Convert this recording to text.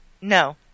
No